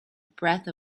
breath